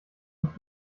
nicht